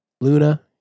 Luna